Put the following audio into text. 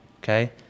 okay